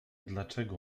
dlaczego